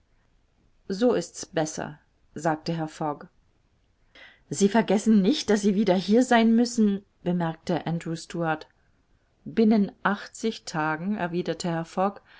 so ist's besser sagte herr fogg sie vergessen nicht daß sie wieder hier sein müssen bemerkte andrew stuart binnen achtzig tagen erwiderte